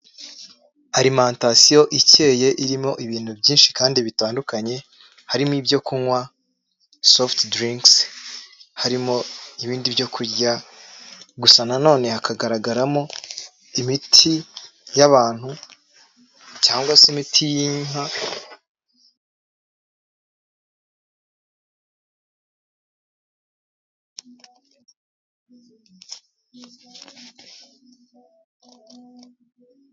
Arimantasiyo ikeye irimo ibintu byinshi kandi bitandukanye, harimo ibyo kunywa, sofuti dirinki, harimo ibindi byo kurya, gusa na none hakagaragaramo imiti y'abantu cyangwa se imiti y'inka.